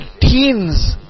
teens